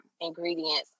ingredients